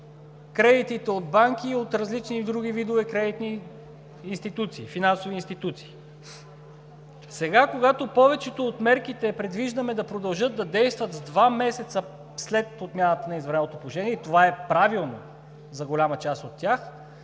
кредитите от банки и от различни други видове кредитни финансови институции. Сега, когато повечето от мерките предвиждаме да продължат да действат с два месеца след отмяната на извънредното положение, и това е правилно за голяма част от тях,